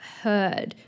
heard